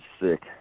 sick